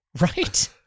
Right